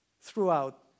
throughout